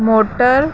motor